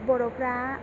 बर'फ्रा